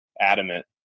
adamant